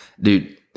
dude